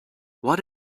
what